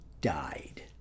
died